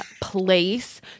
place